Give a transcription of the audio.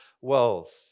wealth